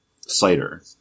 cider